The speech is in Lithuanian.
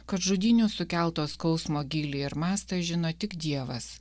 kad žudynių sukelto skausmo gylį ir mastą žino tik dievas